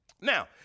Now